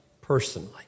personally